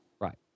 Right